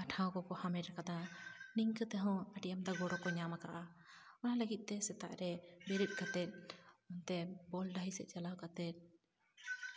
ᱟᱨ ᱴᱷᱟᱶ ᱠᱚᱠᱚ ᱦᱟᱢᱮᱴ ᱠᱟᱫᱟ ᱱᱤᱝᱠᱟᱹ ᱛᱮᱦᱚᱸ ᱟᱹᱰᱤ ᱟᱢᱫᱟ ᱜᱚᱲᱚ ᱠᱚ ᱧᱟᱢ ᱠᱟᱫᱟ ᱚᱱᱟ ᱞᱟᱹᱜᱤᱫ ᱛᱮ ᱥᱮᱛᱟᱜ ᱨᱮ ᱵᱮᱨᱮᱫ ᱠᱟᱛᱮ ᱚᱱᱛᱮ ᱵᱚᱞ ᱰᱟᱺᱦᱤ ᱥᱮᱫ ᱪᱟᱞᱟᱣ ᱠᱟᱛᱮᱜ